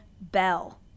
Bell